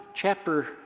chapter